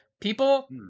People